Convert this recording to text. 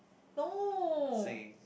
no